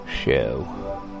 show